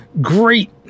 great